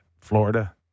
Florida